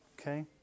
okay